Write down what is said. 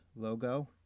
logo